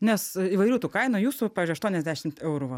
nes a įvairių tų kainų jūsų pavyzdžiui aštuoniasdešimt eurų val